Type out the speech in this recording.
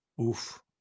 Oof